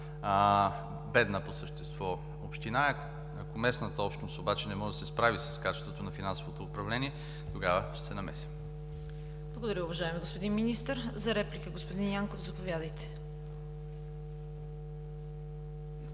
бедна по същество община. Ако местната общност не може да се справи с качеството на финансовото управление, тогава ще се намесим. ПРЕДСЕДАТЕЛ ЦВЕТА КАРАЯНЧЕВА: Благодаря, уважаеми господин Министър. За реплика – господин Янков, заповядайте.